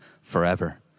forever